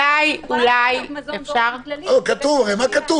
כתוב הגשת